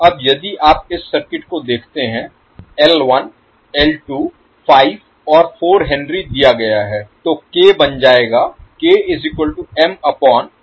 अब यदि आप इस सर्किट को देखते हैं 5 और 4 हेनरी दिया गया है